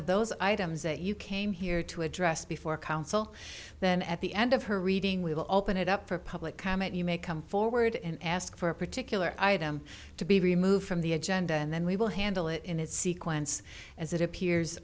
of those items that you came here to address before council then at the end of her reading we will open it up for public comment you may come forward and ask for a particular item to be removed from the agenda and then we will handle it in its sequence as it appears